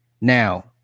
Now